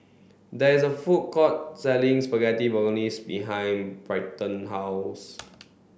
there is a food court selling Spaghetti Bolognese behind Bryton's house